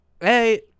hey